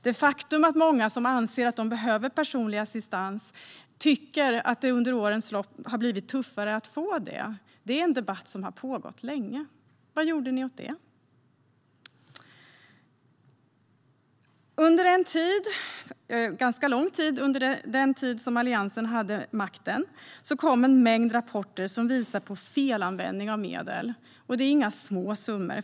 Det faktum att många som anser att de behöver personlig assistans tycker att det under årens lopp har blivit tuffare att få det är en debatt som har pågått länge. Vad gjorde ni åt det? Under en ganska lång tid då Alliansen satt vid makten kom en mängd rapporter som visade på felanvändning av medel, och det är inga små summor.